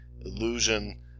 illusion